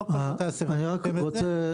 לא רק בתי הספר עושים את זה,